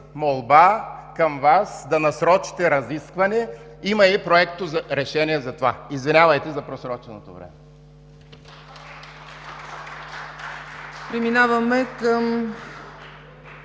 молба към Вас да насрочите разискване. Има и Проекторешение за това. Извинявайте за просроченото време.